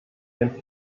dem